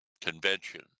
convention